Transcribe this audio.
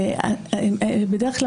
בדרך כלל